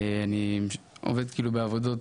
אני עובד בעבודות,